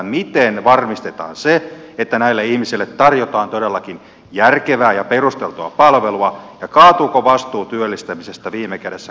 miten varmistetaan se että näille ihmisille tarjotaan todellakin järkevää ja perusteltua palvelua ja kaatuuko vastuu työllistämisestä viime kädessä kuntien päälle